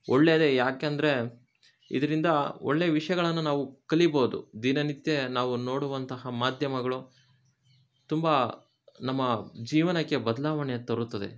ಒಳ್ಳೆಯದೇ ಯಾಕೆಂದರೆ ಇದರಿಂದ ಒಳ್ಳೆ ವಿಷಯಗಳನ್ನ ನಾವು ಕಲೀಬೌದು ದಿನನಿತ್ಯ ನಾವು ನೋಡುವಂತಹ ಮಾಧ್ಯಮಗಳು ತುಂಬ ನಮ್ಮ ಜೀವನಕ್ಕೆ ಬದಲಾವಣೆ ತರುತ್ತದೆ